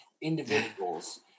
individuals